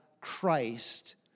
Christ